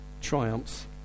triumphs